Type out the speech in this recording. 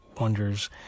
wonders